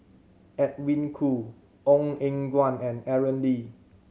Edwin Koo Ong Eng Guan and Aaron Lee